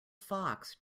fox